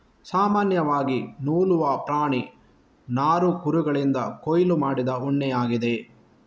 ಸಾಮಾನ್ಯವಾಗಿ ನೂಲುವ ಪ್ರಾಣಿ ನಾರು ಕುರಿಗಳಿಂದ ಕೊಯ್ಲು ಮಾಡಿದ ಉಣ್ಣೆಯಾಗಿದೆ